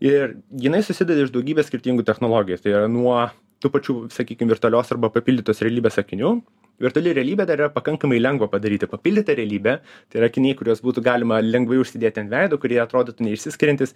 ir jinai susideda iš daugybės skirtingų technologijų tai yra nuo tų pačių sakykim virtualios arba papildytos realybės akinių virtuali realybė dar pakankamai lengva padaryti papildyta realybė tai yra akiniai kuriuos būtų galima lengvai užsidėti ant veido kurie atrodytų neišsiskiriantys